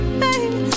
baby